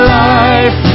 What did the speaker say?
life